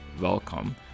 welcome